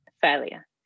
failure